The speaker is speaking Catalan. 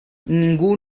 ningú